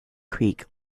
creek